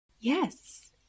Yes